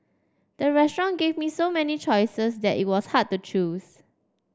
the restaurant gave me so many choices that it was hard to choose